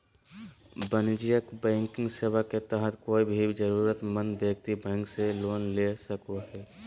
वाणिज्यिक बैंकिंग सेवा के तहत कोय भी जरूरतमंद व्यक्ति बैंक से लोन ले सको हय